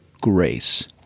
grace